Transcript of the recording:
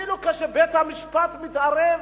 אפילו כשבית-המשפט מתערב,